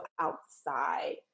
outside